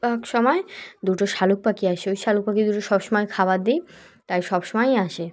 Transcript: সময় দুটো শালিক পাখি আসে ওই শালিক পাখি দুটো সব সময় খাবার দিই তাই সব সমময়ই আসে